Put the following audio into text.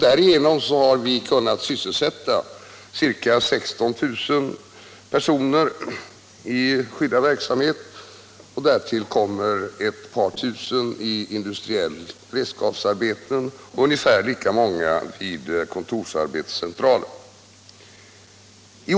Därigenom har vi kunnat sysselsätta ca 16 000 personer i skyddad verksamhet, vartill kommer ett par tusen i industriella beredskapsarbeten och ungefär lika många vid kontorsarbetscentraler.